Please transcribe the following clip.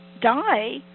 die